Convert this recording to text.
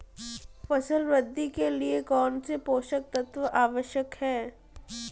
फसल वृद्धि के लिए कौनसे पोषक तत्व आवश्यक हैं?